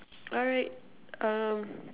alright um